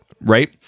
Right